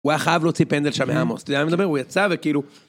הוא היה חייב להוציא פנדל שם מעמוס, אתה יודע מה אני מדבר? הוא יצא וכאילו...